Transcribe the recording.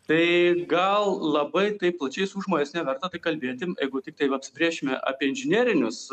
tai gal labai taip plačiais užmojais neverta tai kalbėti jeigu tiktai apsibrėšime apie inžinerinius